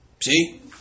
See